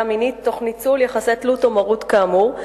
מינית תוך ניצול יחסי תלות או מרות כאמור,